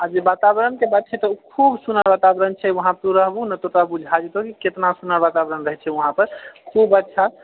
आ जे वातावरणके बात छै तऽ ओ खूब सुनर वातावरण छै वहाँपर तू रहबुहु ने तऽ तोरा बुझा जेतौ की केतना सुनर वातावरण रहैत छै वहाँ पर खूब अच्छा